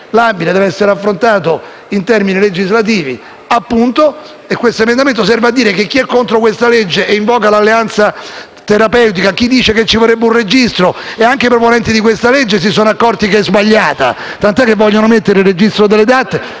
labile deve essere affrontato in termini legislativi e l'emendamento 1.855 serve a dire che chi è contro questa legge invoca l'alleanza terapeutica e dice che ci vorrebbe un registro. Anche i proponenti di questa legge si sono accorti che è sbagliata, tant'è che vogliono mettere il registro delle DAT